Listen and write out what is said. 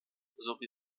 sowie